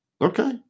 Okay